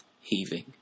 heaving